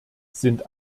sind